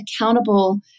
accountable